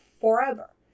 forever